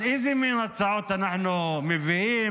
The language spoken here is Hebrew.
אז איזה מין הצעות אנחנו מביאים?